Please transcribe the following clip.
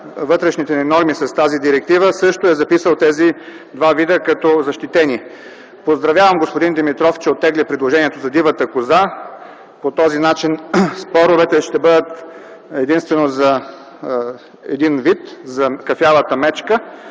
вътрешните ни норми с тази директива, също е записал тези два вида като защитени. Поздравявам господин Димитров, че оттегли предложението за дивата коза. По този начин споровете ще бъдат единствено за един вид – за кафявата мечка.